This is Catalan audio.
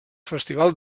festival